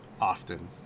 often